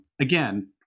Again